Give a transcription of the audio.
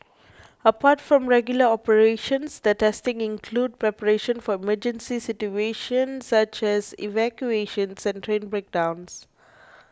apart from regular operations the testing includes preparation for emergency situations such as evacuations and train breakdowns